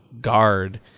guard